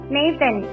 Nathan